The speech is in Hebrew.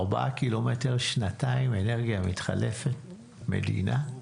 ארבעה ק"מ, שנתיים, אנרגיה מתחדשת, מדינה.